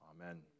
Amen